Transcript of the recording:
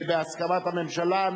בהסכמת הממשלה.